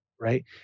Right